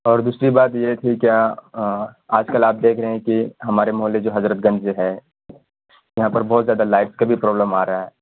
اور دوسری بات یہ تھی کہ آج کل آپ دیکھ رہے ہیں کہ ہمارے محلے جو حضرت گنج جو ہے یہاں پر بہت زیادہ لائٹ کا بھی پرابلم آ رہا ہے